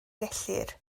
gellir